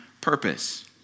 purpose